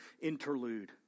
interlude